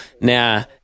now